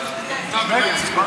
נתקבלה.